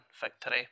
victory